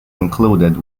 included